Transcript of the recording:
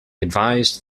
advised